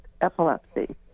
epilepsy